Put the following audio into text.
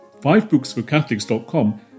fivebooksforcatholics.com